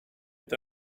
est